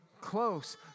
close